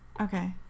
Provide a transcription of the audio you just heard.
okay